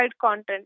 content